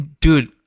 dude